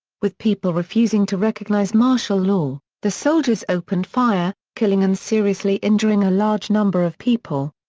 with people refusing to recognize martial law, the soldiers opened fire, killing and seriously injuring a large number of people.